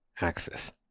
axis